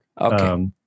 Okay